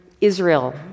Israel